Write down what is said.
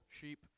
sheep